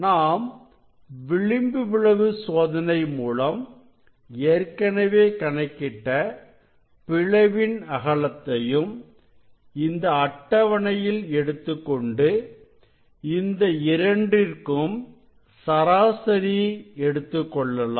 நாம் விளிம்பு விளைவு சோதனை மூலம் ஏற்கனவே கணக்கிட்ட பிளவின் அகலத்தையும் இந்த அட்டவணையில் எடுத்துக்கொண்டு இந்த இரண்டிற்கும் சராசரி எடுத்துக்கொள்ளலாம்